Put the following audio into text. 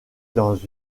dans